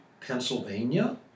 Pennsylvania